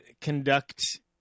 conduct